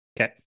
Okay